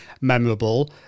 memorable